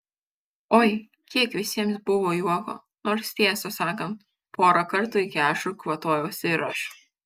oi kiek visiems buvo juoko nors tiesą sakant porą kartų iki ašarų kvatojausi ir aš